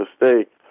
mistake